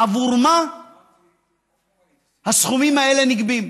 עבור מה הסכומים האלה נגבים.